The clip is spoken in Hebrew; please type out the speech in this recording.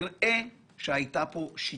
נראה שהייתה פה שיטה.